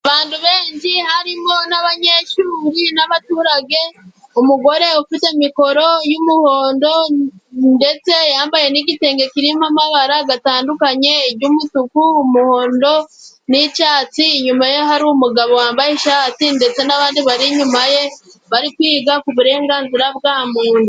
Abantu benshi harimo n'abanyeshuri n'abaturage, umugore ufite mikoro y'umuhondo ndetse yambaye n'igitenge kirimo amabara gatandukanye iry'umutuku, umuhondo, n'icyatsi, inyuma ye hari umugabo wambaye ishati ndetse n'abandi bari inyuma ye bari kwiga ku burenganzira bwa muntu.